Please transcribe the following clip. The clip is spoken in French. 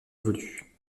évolue